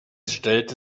stellte